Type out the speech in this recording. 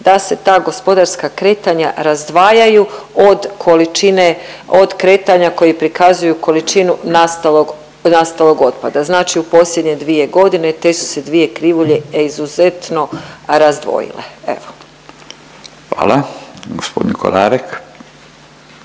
da se ta gospodarska kretanja razdvajaju od količine, od kretanja koji prikazuju količinu nastalog otpada. Znači u posljednje 2 godine te su se dvije krivulje izuzetno razdvojile, evo. **Radin, Furio